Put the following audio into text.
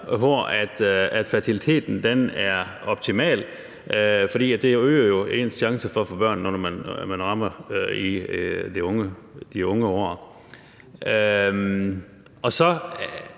hvor fertiliteten er optimal – for det øger jo ens chancer for at få børn, når man er i de unge år. Vi skal